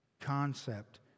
concept